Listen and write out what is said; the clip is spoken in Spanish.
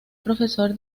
profesor